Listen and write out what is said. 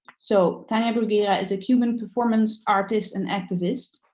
so, tania bruguera is a cuban performance artist and activist.